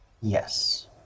Yes